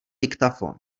diktafon